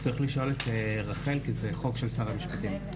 צריך לשאול את רחל כי זה חוק של משרד המשפטים.